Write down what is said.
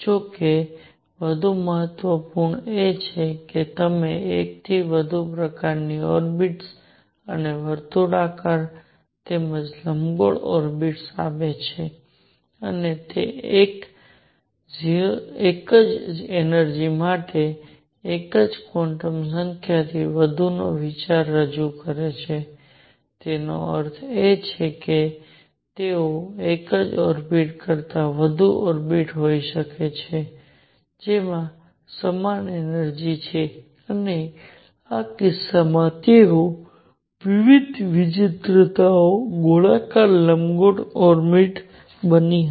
જો કે વધુ મહત્વપૂર્ણ એ છે કે તે એક થી વધુ પ્રકારની ઓર્બિટ્સ અને વર્તુળાકાર તેમજ લંબગોળ ઓર્બિટ્સ આપે છે અને તે એક જ એનર્જિ માટે એક ક્વોન્ટમ સંખ્યાથી વધુનો વિચાર રજૂ કરે છે તેનો અર્થ એ છે કે તેઓ એક ઓર્બિટ્સ કરતા વધુ ઓર્બિટ્સ હોઈ શકે છે જેમાં સમાન એનર્જિ છે અને આ કિસ્સામાં તેઓ વિવિધ વિચિત્રતાઓની ગોળાકાર લંબગોળ ઓર્બિટ્સ બની હતી